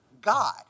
God